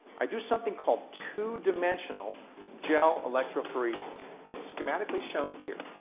i do something called two-dimensional gel electrophoresis. it's schematically shown here.